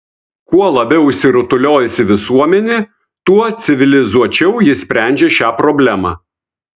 kuo labiau išsirutuliojusi visuomenė tuo civilizuočiau ji sprendžia šią problemą